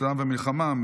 צלב המלחמה,